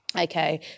Okay